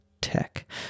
tech